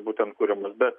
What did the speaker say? būtent kuriamos bet